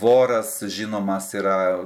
voras žinomas yra